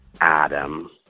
Adam